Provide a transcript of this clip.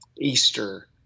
Easter